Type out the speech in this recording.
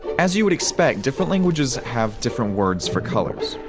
as you would expect, different languages have different words for colors.